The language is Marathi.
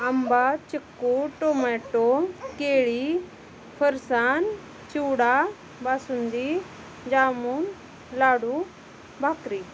आंबा चिक्कू टोमॅटो केळी फरसाण चिवडा बासुंदी जामून लाडू भाकरी